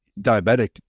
diabetic